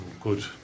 good